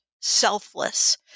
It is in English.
selfless